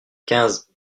quinze